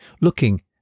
looking